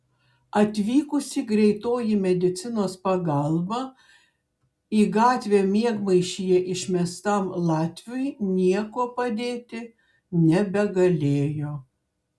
atvykusi greitoji medicinos pagalba į gatvę miegmaišyje išmestam latviui niekuo padėti nebegalėjo